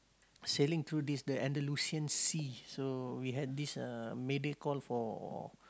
sailing through this the Andalusian Sea so we had this uh mayday call for